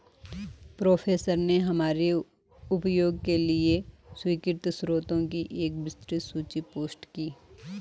professor ने हमारे उपयोग के लिए स्वीकृत स्रोतों की एक विस्तृत सूची पोस्ट की